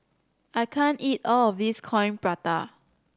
I can't eat all of this Coin Prata